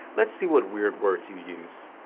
let's see what weird words you use.